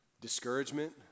discouragement